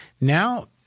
Now